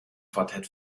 quartett